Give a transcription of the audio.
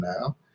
now